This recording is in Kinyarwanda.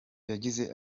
yagize